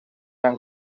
han